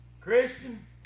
Christian